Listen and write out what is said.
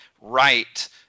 right